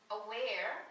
aware